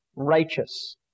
righteous